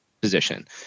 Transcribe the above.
position